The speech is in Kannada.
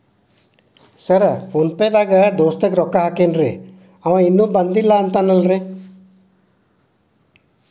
ಸರ್ ಫೋನ್ ಪೇ ದಾಗ ದೋಸ್ತ್ ಗೆ ರೊಕ್ಕಾ ಹಾಕೇನ್ರಿ ಅಂವ ಇನ್ನು ಬಂದಿಲ್ಲಾ ಅಂತಾನ್ರೇ?